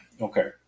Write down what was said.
okay